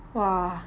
!wah!